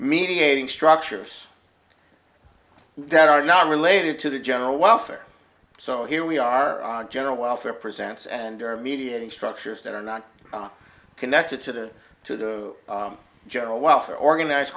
mediating structures that are not related to the general welfare so here we are general welfare presents and are mediating structures that are not connected to the to the general welfare organize